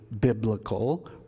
biblical